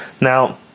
Now